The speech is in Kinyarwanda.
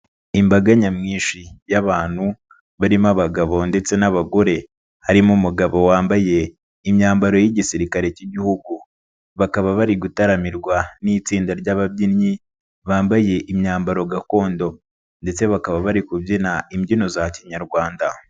Imbaga nyamwinshi y'abantu barimo abagabo ndetse n'abagore, harimo umugabo wambaye imyambaro y'igisirikare cy'igihugu, bakaba bari gutaramirwa n'itsinda ry'ababyinnyi, bambaye imyambaro gakondo ndetse bakaba bari kubyina imbyino za kinyarwanda.